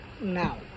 now